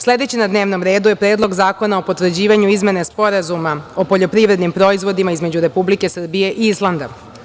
Sledeći na dnevnom redu je Predlog zakona o potvrđivanju Izmene Sporazuma o poljoprivrednim proizvodima između Republike Srbije i Islanda.